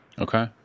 Okay